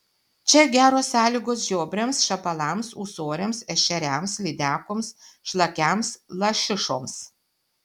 čia geros sąlygos žiobriams šapalams ūsoriams ešeriams lydekoms šlakiams lašišoms